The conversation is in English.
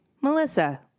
Melissa